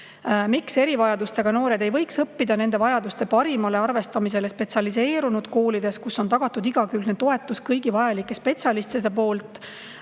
"Miks erivajadustega noored ei võiks õppida nende vajaduste parimale arvestamisele spetsialiseerunud koolides, kus on tagatud igakülgne toetus kõigi vajalike spetsialistide poolt?"